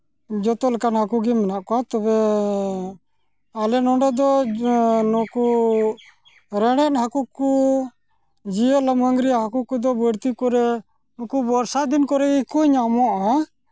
ᱡᱚᱛᱚᱞᱮᱠᱟᱱ ᱦᱟᱹᱠᱩ ᱜᱮ ᱢᱮᱱᱟᱜ ᱠᱚᱣᱟ ᱛᱚᱵᱮ ᱟᱞᱮ ᱱᱚᱰᱮ ᱫᱚ ᱱᱩᱠᱩ ᱨᱮᱲᱮᱱ ᱦᱟᱹᱠᱩ ᱠᱚ ᱡᱤᱭᱟᱹᱞᱤ ᱢᱟᱝᱜᱽᱨᱤ ᱦᱟᱹᱠᱩ ᱠᱚᱫᱚ ᱵᱟᱹᱲᱛᱤ ᱠᱚᱨᱮ ᱱᱩᱠᱩ ᱵᱚᱨᱥᱟ ᱫᱤᱱ ᱠᱚᱨᱮ ᱜᱮᱠᱚ ᱧᱟᱢᱚᱜᱼᱟ